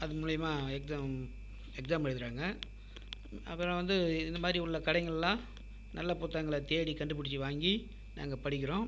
அது மூலியமாக exam exam எழுதுறாங்க அப்புறம் வந்து இந்த மாரி உள்ள கடைங்கள்லாம் நல்ல புத்தகங்களை தேடி கண்டுபிடிச்சி வாங்கி நாங்கள் படிக்கிறோம்